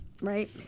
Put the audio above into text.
Right